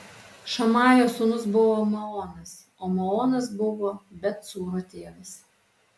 šamajo sūnus buvo maonas o maonas buvo bet cūro tėvas